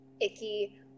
icky